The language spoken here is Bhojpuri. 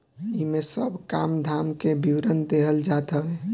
इमे सब काम धाम के विवरण देहल जात हवे